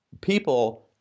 people